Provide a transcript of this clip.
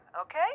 okay